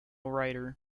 writer